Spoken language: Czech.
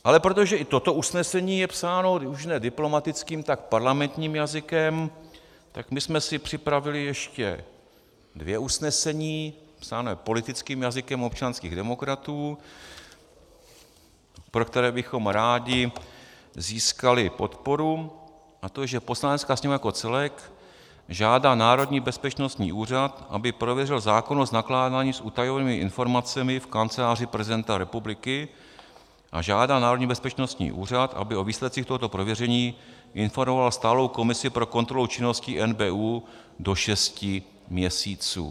Ale protože i toto usnesení je psáno když ne diplomatickým, tak parlamentním jazykem, tak jsme si připravili ještě dvě usnesení, psaná politickým jazykem občanských demokratů, pro které bychom rádi získali podporu, a to, že: Poslanecká sněmovna jako celek žádá Národní bezpečností úřad, aby prověřil zákonnost nakládání s utajovanými informacemi v Kanceláři prezidenta republiky, a žádá Národní bezpečnostní úřad, aby o výsledcích tohoto prověření informoval stálou komisi pro kontrolu činnosti NBÚ do šesti měsíců.